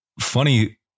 Funny